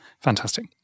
Fantastic